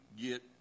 get